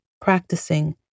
practicing